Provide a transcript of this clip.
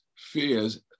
fears